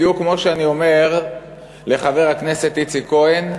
בדיוק כמו שאני אומר לחבר הכנסת איציק כהן,